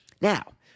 Now